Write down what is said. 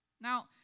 Now